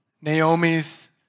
Naomi's